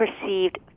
perceived